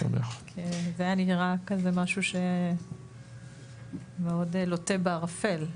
כי זה היה נראה כזה משהו שמאוד לוטה בערפל.